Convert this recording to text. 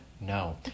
no